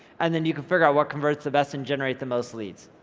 and then you can figure out what converts the best and generate the most leads,